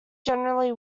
generally